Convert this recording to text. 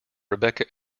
rebecca